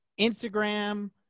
Instagram